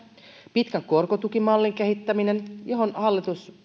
pitkän korkotukimallin kehittäminen johon hallitus